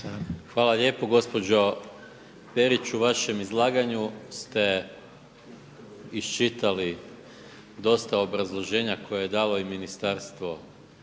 Hvala lijepo. Gospođo Perić, u vašem izlaganju ste iščitali dosta obrazloženja koja je dalo i ministarstvo